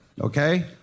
okay